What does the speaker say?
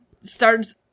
starts